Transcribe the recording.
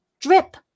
Drip